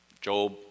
Job